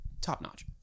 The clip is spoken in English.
top-notch